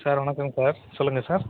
sir வணக்கம்ங்க sir சொல்லுங்கள் sir